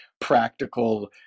practical